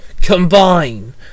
combine